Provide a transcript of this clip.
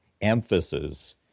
emphasis